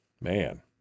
Man